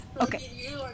okay